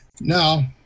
Now